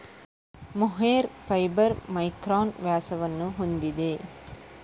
mohair fibre micron ವ್ಯಾಸವನ್ನು ಹೊಂದಿದೆ